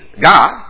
God